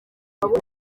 njye